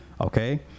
Okay